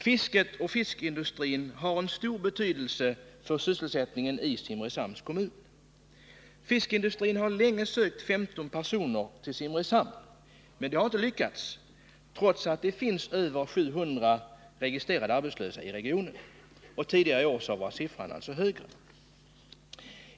Fisket och fiskindustrin har stor betydelse för sysselsättningen i Simrishamn. Fiskindustrin där har länge sökt 15 personer, men försöken att rekrytera dessa 15 har inte lyckats trots att det finns över 700 arbetslösa i regionen — tidigare i år var siffran högre.